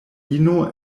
ino